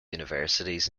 universities